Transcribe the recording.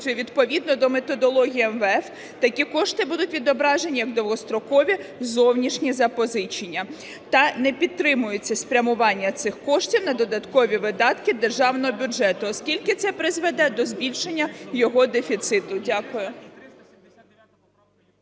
відповідно методології МВФ такі кошти будуть відображені в довгострокові зовнішні запозичення та не підтримується спрямування цих коштів на додаткові видатки державного бюджету, оскільки це призведе до збільшення його дефіциту. Дякую.